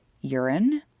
urine